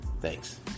thanks